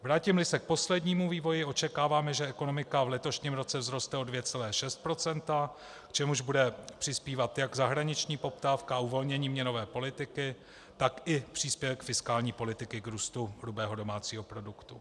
Vrátímli se k poslednímu vývoji, očekáváme, že ekonomika v letošním roce vzroste o 2,6 %, k čemuž bude přispívat jak zahraniční poptávka a uvolnění měnové politiky, tak i příspěvek fiskální politiky k růstu hrubého domácího produktu.